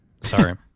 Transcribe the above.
Sorry